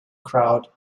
crowd